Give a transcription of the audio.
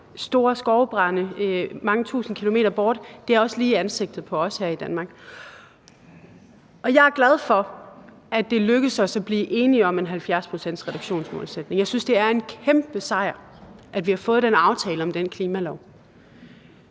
store skovbrande mange tusind kilometer borte. Det sker også lige op i ansigtet på os her i Danmark. Jeg er glad for, at det er lykkedes os at blive enige om en 70-procentsreduktionsmålsætning. Jeg synes, det er en kæmpe sejr, at vi har fået den aftale om klimaloven.